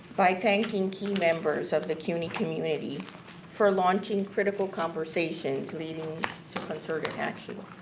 by thanking key members of the cuny community for launching critical conversations leading to concerted action.